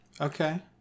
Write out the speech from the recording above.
Okay